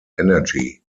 energy